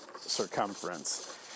circumference